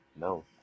No